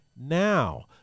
now